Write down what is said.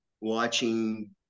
watching